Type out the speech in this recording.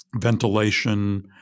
ventilation